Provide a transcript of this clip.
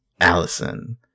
Allison